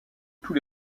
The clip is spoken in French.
tous